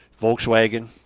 Volkswagen